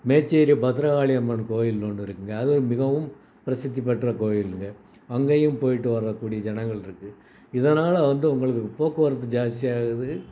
மேச்சேரி பத்ரகாளியம்மன் கோயில் ஒன்று இருக்குதுங்க அதுவும் மிகவும் பிரசித்தி பெற்ற கோயிலுங்க அங்கேயும் போய்ட்டு வரக்கூடிய ஜனங்கள் இருக்குது இதனால் வந்து உங்களுக்கு போக்குவரத்து ஜாஸ்தியாகுது